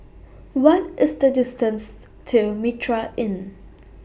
What IS The distance to Mitraa Inn